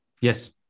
Yes